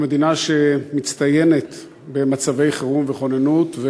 אנחנו מדינה שמצטיינת במצבי חירום וכוננות,